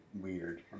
weird